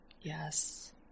Yes